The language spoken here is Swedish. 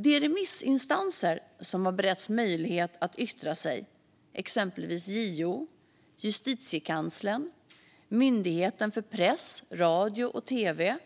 De remissinstanser som har beretts möjlighet att yttra sig, exempelvis JO, Justitiekanslern, Myndigheten för press, radio och tv